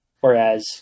Whereas